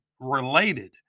related